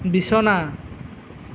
বিছনা